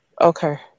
Okay